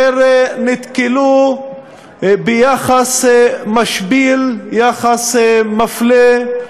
אשר נתקלו ביחס משפיל, יחס מפלה,